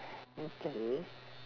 okay